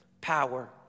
power